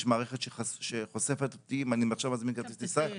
יש איזושהי מערכת שחושפת אותי אם אני עכשיו מזמין כרטיס טיסה?